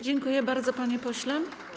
Dziękuję bardzo, panie pośle.